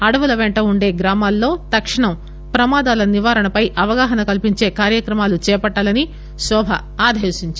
అడవుల పెంట ఉండే గ్రామాల్లో తక్షణం ప్రమాదాల నివారణపై అవగాహన కల్పించే కార్యక్రమాలు చేపట్టాలని శోభ ఆదేశించారు